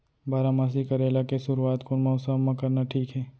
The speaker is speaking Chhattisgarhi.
बारामासी करेला के शुरुवात कोन मौसम मा करना ठीक हे?